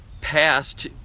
past